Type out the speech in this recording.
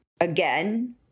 Again